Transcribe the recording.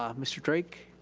um mr. drake.